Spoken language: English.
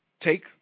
take